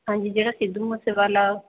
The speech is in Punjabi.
ਹਾਂਜੀ ਜਿਹੜਾ ਸਿੱਧੂ ਮੂਸੇਵਾਲਾ